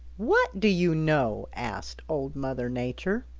what do you know? asked old mother nature.